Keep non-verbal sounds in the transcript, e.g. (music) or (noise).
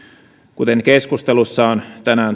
kuten keskustelussa on tänään (unintelligible)